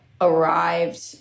arrived